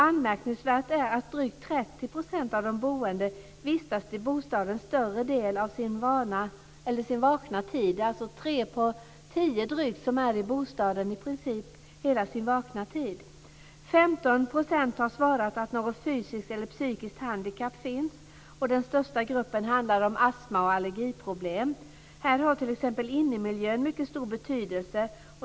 Anmärkningsvärt är att drygt 30 % av de boende vistas i bostaden större delen av sin vakna tid. Det är alltså drygt tre av tio som är i bostaden i princip hela sina vakna tid. 15 % har svarat att något fysiskt eller psykiskt handikapp finns. Den största gruppen handlar om personer med astma och allergiproblem. Här har t.ex. innemiljön mycket stor betydelse.